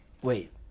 wait